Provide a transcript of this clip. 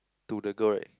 to the girl right